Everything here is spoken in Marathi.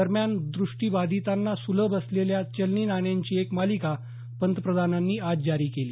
दरम्यान दृष्टीबाधितांना सुलभ असलेल्या चलनी नाण्यांची एक मालिका पंतप्रधानांनी आज जारी केली